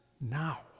now